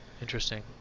Interesting